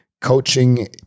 coaching